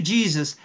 Jesus